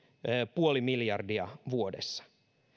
puoli miljardia vuodessa